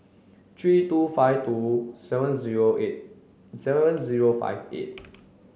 three two five two seven zero eight seven zero five eight